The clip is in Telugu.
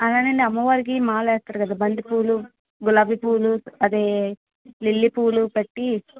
అలానండి అమ్మవారికి మాల వేస్తారు కదా బంతి పూలు గులాబీ పూలు అదే లిల్లీ పూలు కట్టీ